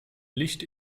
licht